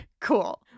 Cool